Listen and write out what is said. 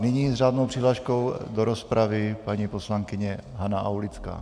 Nyní s řádnou přihláškou do rozpravy paní poslankyně Hana Aulická.